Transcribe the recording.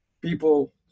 people